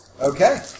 Okay